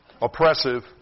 oppressive